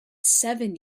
seven